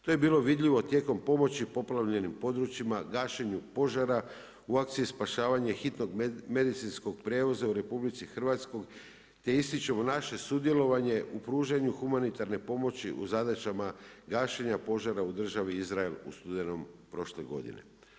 To je bilo vidljivo tijekom pomoći poplavljenim područjima, gašenju požara, u akciji spašavanja hitnog medicinskog prijevoza u RH te ističemo naše sudjelovanje u pružanju humanitarne pomoći u zadaćama gašenja požara u državi Izrael u studenom prošle godine.